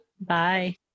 Bye